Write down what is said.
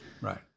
Right